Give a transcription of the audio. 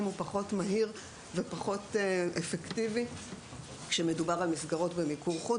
היישום הוא פחות מהיר ופחות אפקטיבי כשמדובר על מסגרות במיקור חוץ.